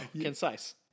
Concise